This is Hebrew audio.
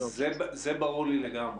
זה ברור לי לגמרי.